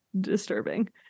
disturbing